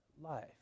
life